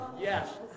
Yes